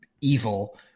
evil